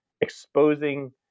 exposing